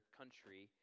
country